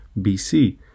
BC